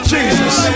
Jesus